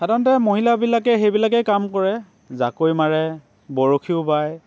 সাধাৰণতে মহিলাবিলাকে সেইবিলাকেই কাম কৰে জাকৈ মাৰে বৰশীও বায়